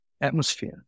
atmosphere